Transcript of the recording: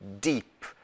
deep